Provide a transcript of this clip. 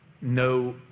no